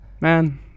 man